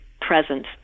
present